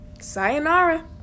sayonara